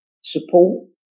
support